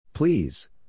Please